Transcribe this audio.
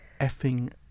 effing